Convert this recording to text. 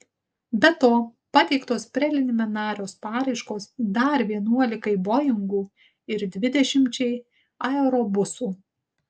be to pateiktos preliminarios paraiškos dar vienuolikai boingų ir dvidešimčiai aerobusų